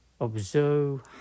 Observe